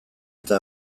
eta